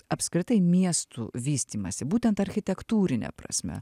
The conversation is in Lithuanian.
apskritai miestų vystymąsi būtent architektūrine prasme